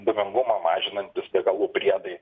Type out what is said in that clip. dūmingumą mažinantys degalų priedai